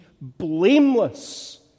blameless